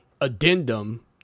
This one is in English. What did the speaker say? addendum